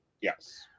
yes